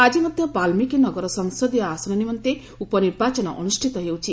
ଆଜି ମଧ୍ୟ ବାଲ୍ଲୀକି ନଗର ସଂସଦୀୟ ଆସନ ନିମନ୍ତେ ଉପନିର୍ବାଚନ ଅନୁଷ୍ଠିତ ହେଉଛି